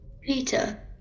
Peter